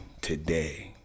today